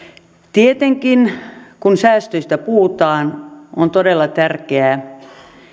tietenkin kun säästöistä puhutaan on todella tärkeää